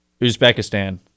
uzbekistan